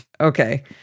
Okay